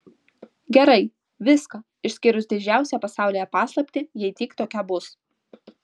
gerai viską išskyrus didžiausią pasaulyje paslaptį jei tik tokia bus